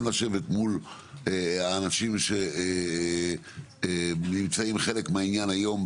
גם לשבת מול האנשים שנמצאים, חלק מהעניין היום,